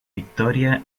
victoria